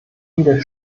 wieder